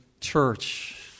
church